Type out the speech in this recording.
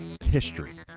history